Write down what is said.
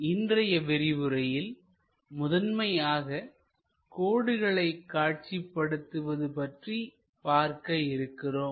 இன்றைய விரிவுரையில்முதன்மையாக கோடுகளை காட்சிப்படுத்துவது பற்றி பார்க்க இருக்கிறோம்